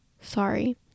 sorry